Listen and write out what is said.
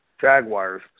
Jaguars